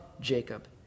Jacob